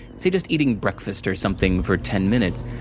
say, just eating breakfast or something, for ten minutes,